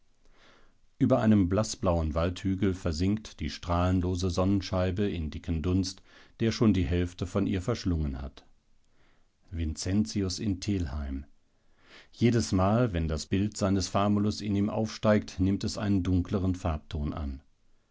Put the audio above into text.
über einem blaßblauen waldhügel versinkt die strahlenlose sonnenscheibe in dicken dunst der schon die hälfte von ihr verschlungen hat vincentius in telheim jedesmal wenn das bild seines famulus in ihm aufsteigt nimmt es einen dunkleren farbenton an